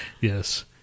Yes